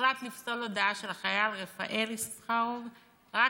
הוחלט לפסול הודעה של החייל רפאל יששכרוב רק